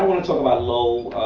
wanna talk about low,